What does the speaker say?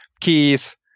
keys